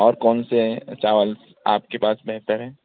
اور کون سے چاول آپ کے پاس بہترہیں